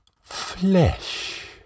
Flesh